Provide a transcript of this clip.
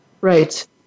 right